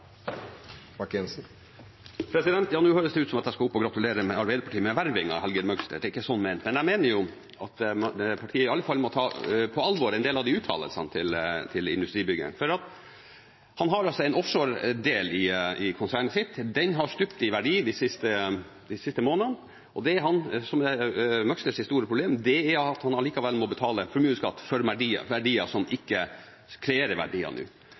Nå høres det ut som jeg skal opp og gratulere Arbeiderpartiet med vervingen av Helge Møgster. Det er ikke slik ment. Men jeg mener at partiet i alle fall må ta på alvor en del av uttalelsene til industribyggeren. Han har altså en offshoredel i konsernet sitt. Den har stupt i verdi de siste månedene. Det som er hans store problem, er at han likevel må betale formuesskatt for verdier som ikke kreerer verdier nå.